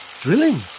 drilling